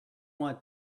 want